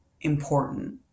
important